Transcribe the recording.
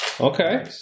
Okay